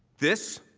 this